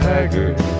Haggard